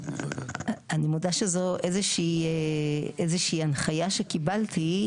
אני מודה שזו איזה שהיא הנחיה שקיבלתי.